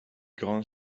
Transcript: grand